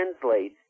translate